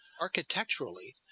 architecturally—